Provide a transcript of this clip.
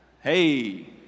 Hey